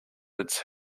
its